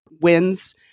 wins